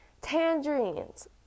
Tangerines